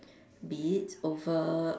be it over